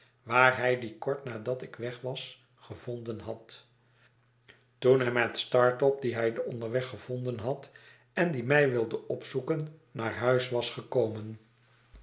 waar hij dien kort nadat ik weg was gevonden had toen hij met startop dien hij onderweg gevonden had en die mij wilde opzoeken naar huis was gekomen